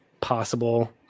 possible